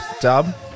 Dub